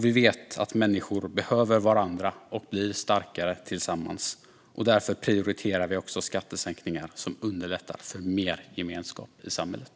Vi vet att vi människor behöver varandra och blir starkare tillsammans. Därför prioriterar vi också skattesänkningar som underlättar för mer gemenskap i samhället.